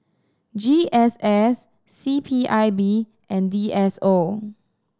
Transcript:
G S S C P I B and D S O